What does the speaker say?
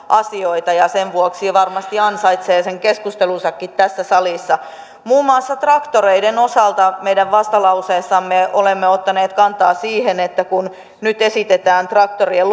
asioita ja sen vuoksi varmasti ansaitsee sen keskustelunsakin tässä salissa muun muassa traktoreiden osalta meidän vastalauseessamme olemme ottaneet kantaa siihen kun nyt esitetään traktorien